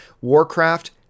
Warcraft